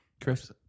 Chris